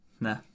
Nah